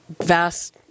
vast